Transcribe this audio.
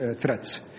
threats